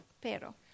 pero